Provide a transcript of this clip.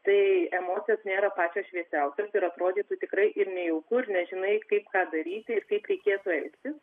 tai emocijos nėra pačios šviesiausios ir atrodytų tikrai ir nejauku ir nežinai kaip ką daryti ir kaip reikėtų elgtis